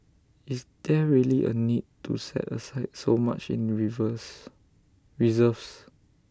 is there really A need to set aside so much in reserves